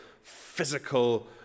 physical